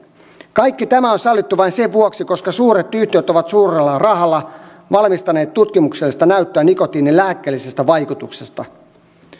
kaikki tämä on sallittu vain sen vuoksi että suuret yhtiöt ovat suurella rahalla valmistaneet tutkimuksellista näyttöä nikotiinin lääkkeellisestä vaikutuksesta